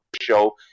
Show